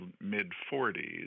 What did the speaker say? mid-40s